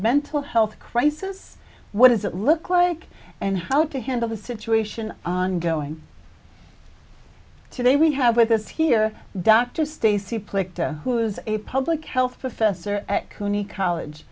mental health crisis what does it look like and how to handle the situation ongoing today we have with us here dr stacy place who is a public health professor at cooney college